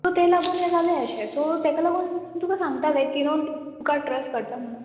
so तें लागून हें जालें अशें सो तेका लागून तुका सांगता लायक की तुमकां ट्रस्ट करता म्हणून